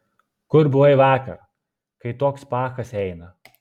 kur buvai vakar kai toks pachas eina